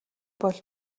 бол